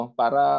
para